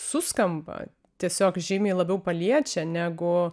suskamba tiesiog žymiai labiau paliečia negu